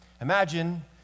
Imagine